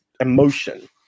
emotion